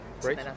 great